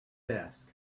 desk